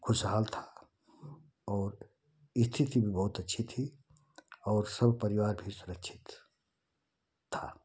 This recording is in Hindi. खुशहाल था और स्थिति भी बहुत अच्छी थी और सब परिवार भी सुरक्षित था